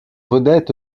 vedette